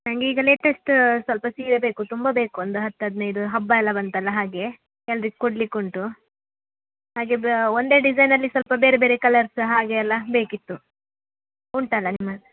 ನನಗೀಗ ಲೇಟೆಸ್ಟ ಸ್ವಲ್ಪ ಸೀರೆ ಬೇಕು ತುಂಬ ಬೇಕು ಒಂದು ಹತ್ತು ಹದಿನೈದು ಹಬ್ಬ ಎಲ್ಲ ಬಂತಲ್ಲ ಹಾಗೆ ಎಲ್ರಿಗೆ ಕೊಡ್ಲಿಕ್ಕೆ ಉಂಟು ಹಾಗೆ ಒಂದೇ ಡಿಝೈನಲ್ಲಿ ಸ್ವಲ್ಪ ಬೇರೆ ಬೇರೆ ಕಲರ್ಸ್ ಹಾಗೆ ಎಲ್ಲ ಬೇಕಿತ್ತು ಉಂಟಲ್ಲ ನಿಮ್ಮ